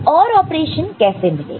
OR operation कैसे मिलेगा